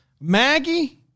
Maggie